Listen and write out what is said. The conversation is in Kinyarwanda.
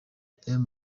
emu